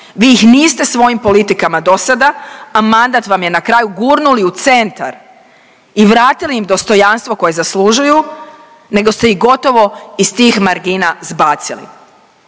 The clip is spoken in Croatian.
Vi ih niste svojim politikama do sada, a mandat vam je na kraju, gurnuli u centar i vratili im dostojanstvo koje zaslužuju nego ste ih gotovo iz tih margina zbacili.